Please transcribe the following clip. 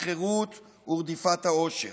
החירות ורדיפת האושר.